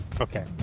Okay